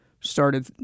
started